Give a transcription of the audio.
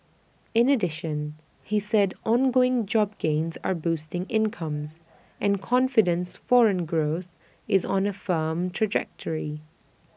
in addition he said ongoing job gains are boosting incomes and confidence foreign growth is on A firm trajectory